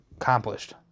accomplished